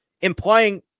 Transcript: implying